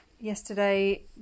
Yesterday